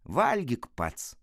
valgyk pats